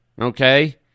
okay